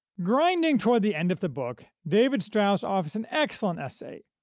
grinding toward the end of the book, david strauss offers an excellent essay,